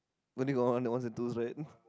what did you got ones ones and twos right